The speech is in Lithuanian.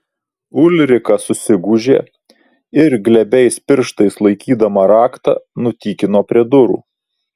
ulrika susigūžė ir glebiais pirštais laikydama raktą nutykino prie durų